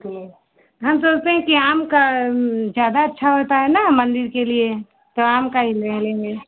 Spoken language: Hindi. ठीक हम सोचते हैं कि आम का ज़्यादा अच्छा होता है ना मंदिर के लिए तो आम का ही ले लेंगे